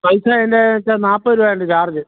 പൈസ അതിന്റെ വെച്ചാൽ നാൽപത് രൂപയുണ്ട് ചാർജ്ജ്